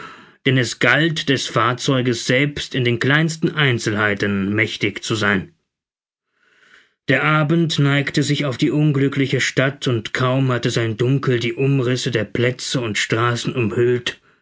denn es galt des fahrzeuges selbst in den kleinsten einzelnheiten mächtig zu sein der abend neigte sich auf die unglückliche stadt und kaum hatte sein dunkel die umrisse der plätze und straßen umhüllt